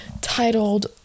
titled